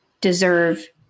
deserve